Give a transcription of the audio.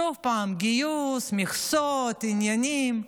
שוב פעם גיוס, מכסות, עניינים.